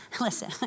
listen